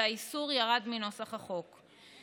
והאיסור ירד מנוסח החוק.